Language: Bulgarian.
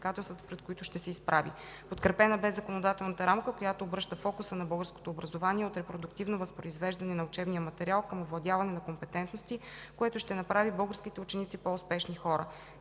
за предизвикателствата, пред които ще се изправи. Подкрепена бе законодателната рамка, която обръща фокуса на българското образование от репродуктивно възпроизвеждане на учебния материал към овладяване на компетентности, което ще направи българските ученици по-успешни хора.